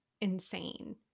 insane